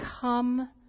come